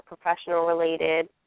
professional-related